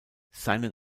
seinen